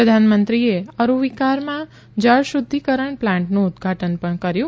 પ્રધાનમંત્રીએ અરૂવિકાશમાં જળ શુઘ્યિકરણ પ્લાન્ટનું ઉદઘાટન પણ કર્યુ